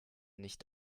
nicht